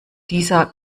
dieser